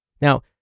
Now